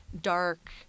dark